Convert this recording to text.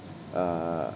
uh